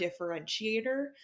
differentiator